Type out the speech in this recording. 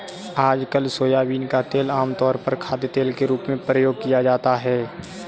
आजकल सोयाबीन का तेल आमतौर पर खाद्यतेल के रूप में प्रयोग किया जाता है